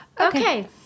okay